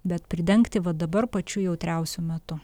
bet pridengti va dabar pačiu jautriausiu metu